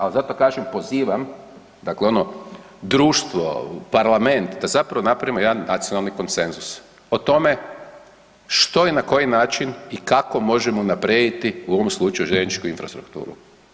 Ali zato kažem pozivam dakle ono društvo, parlament da zapravo napravimo jedan nacionalni konsenzus o tome što i na koji način i kako možemo unaprijediti u ovom slučaju željezničku infrastrukturu.